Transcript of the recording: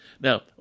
Now